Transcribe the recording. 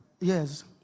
Yes